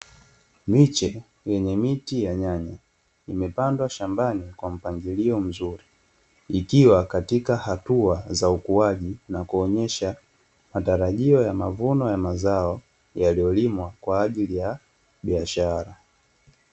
Miche yanye miti ya nyanya imepandwa shambani kwa mpangilio mzuri, ikiwa katika hatua za ukuaji na kuonyesha matarajio ya mavuno ya mazao yaliyolimwa kwaajili ya biashara.